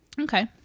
Okay